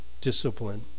discipline